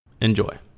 Enjoy